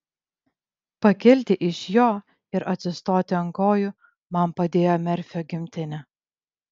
pakilti iš jo ir atsistoti ant kojų man padėjo merfio gimtinė